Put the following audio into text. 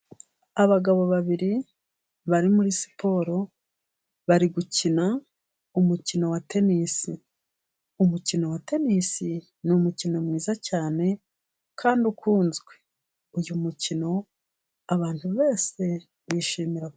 Abagabo babiri bari muri siporo bari gukina umukino wa tenisi. Umukino wa tenisi ni umukino mwiza cyane kandi ukunzwe. Uyu mukino abantu bose bishimira ...